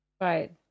right